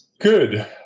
Good